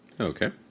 Okay